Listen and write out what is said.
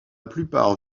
plupart